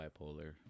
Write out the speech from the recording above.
bipolar